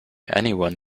anyone